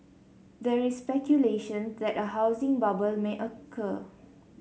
there is speculation that a housing bubble may occur